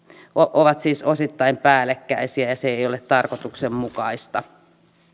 ovat siis osittain päällekkäisiä ja se ei ole tarkoituksenmukaista